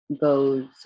goes